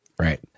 Right